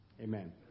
Amen